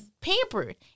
pampered